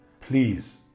Please